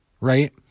right